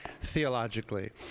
theologically